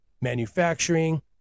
manufacturing